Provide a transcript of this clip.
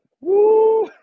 Woo